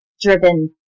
driven